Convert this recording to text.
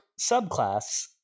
subclass